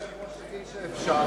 אם היושב-ראש אומר שאפשר,